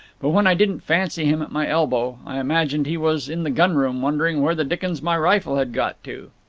but when i didn't fancy him at my elbow, i imagined he was in the gunroom, wondering where the dickens my rifle had got to.